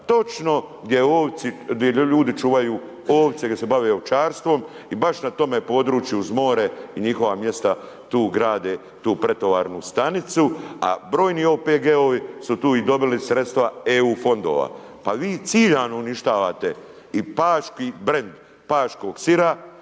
ovce, gdje ljudi čuvaju ovce, gdje se bave ovčarstvom i baš na tome području uz more njihova mjesta tu grade tu pretovarnu stanicu, a brojni OPG-ovi su tu i dobili sredstva EU fondova. Pa vi ciljano uništavate i paški brend paškog sira